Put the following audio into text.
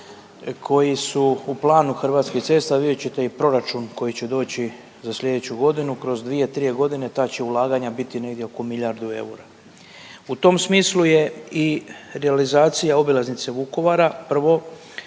koji su u planu Hrvatskih cesta, vidjet ćete i proračun koji će doći za sljedeću godinu. Kroz 2, 3 godine ta će ulaganja biti negdje oko milijardu eura. U tom smislu je i realizacije obilaznice Vukovara prvo,